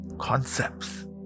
Concepts